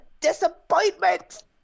disappointment